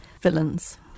Villains